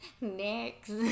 Next